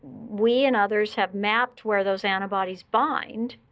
we and others have mapped where those antibodies bind,